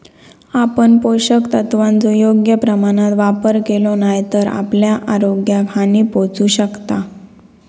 आपण पोषक तत्वांचो योग्य प्रमाणात वापर केलो नाय तर आपल्या आरोग्याक हानी पोहचू शकता